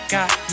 Got